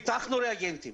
פיתחנו ריאגנטים,